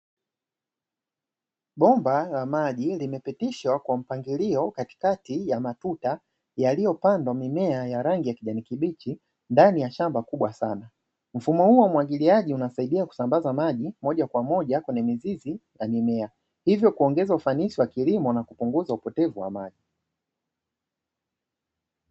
Bomba la maji limepitishwa kwa mpangilio katikati ya matuta yaliyopandwa mimea ya rangi ya kijani kibichi ndani ya shamba kubwa sana. Mfumo huo wa umwagiliaji unasaidia kusambaza maji moja kwa moja kwenye mizizi na mimea, hivyo kuongeza ufanisi wa kilimo na kupunguza upotevu wa maji.